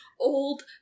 old